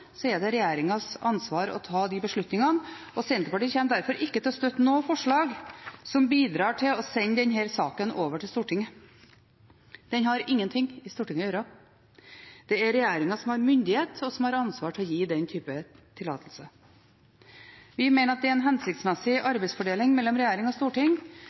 er det regjeringens ansvar å ta de beslutningene. Senterpartiet kommer derfor ikke til å støtte noe forslag som bidrar til å sende denne saken over til Stortinget. Den har ingen ting i Stortinget å gjøre. Det er regjeringen som har myndighet, og som har ansvar til å gi den typen tillatelse. Vi mener det er en hensiktsmessig arbeidsfordeling mellom regjering og storting,